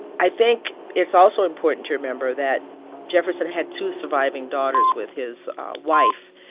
i think it's also important to remember that jefferson had two surviving daughters with his wife,